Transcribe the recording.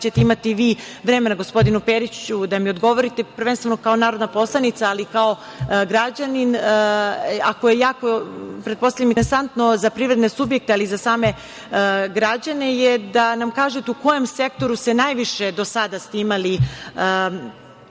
ćete imati vi vremena, gospodine Periću, da mi odgovorite, prvenstveno kao narodna poslanica ali i kao građanin. Pretpostavljam da je jako interesantno za privredne subjekte, ali i za same građane da nam kažete – u kojem sektoru ste najviše do sada imali primera